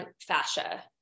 fascia